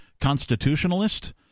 constitutionalist